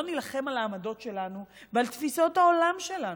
נילחם על העמדות שלנו ועל תפיסות העולם שלנו.